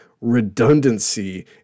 redundancy